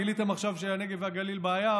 גיליתם עכשיו שהנגב והגליל בבעיה,